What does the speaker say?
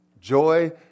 joy